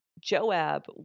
Joab